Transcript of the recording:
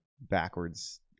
backwards